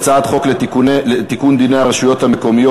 הצעת חוק לתיקון דיני הרשויות המקומיות